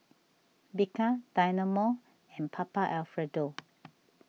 Bika Dynamo and Papa Alfredo